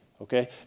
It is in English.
okay